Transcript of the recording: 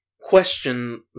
question